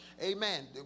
Amen